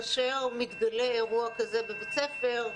כאשר מתגלה אירוע כזה בבית ספר,